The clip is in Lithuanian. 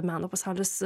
meno pasaulis